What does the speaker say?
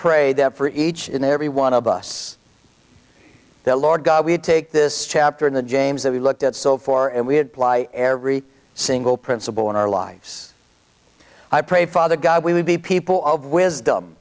pray that for each and every one of us the lord god we take this chapter in the james that we looked at so far and we have ply every single principle in our lives i pray father god we would be people of wisdom